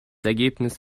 ergebnis